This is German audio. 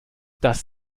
das